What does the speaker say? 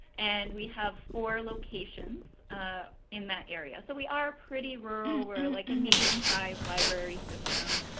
and we have four locations in that area. so we are pretty rural. we are like a medium-size library system.